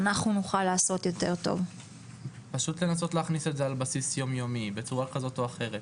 צריך פשוט לנסות להכניס את זה על בסיס יום יומי בצורה כזו או אחרת.